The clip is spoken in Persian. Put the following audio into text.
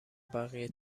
بقیه